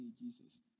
Jesus